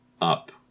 up